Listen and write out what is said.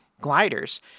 gliders